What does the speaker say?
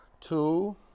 Two